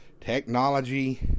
technology